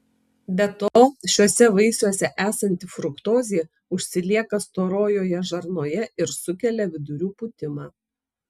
be to šiuose vaisiuose esanti fruktozė užsilieka storojoje žarnoje ir sukelia vidurių pūtimą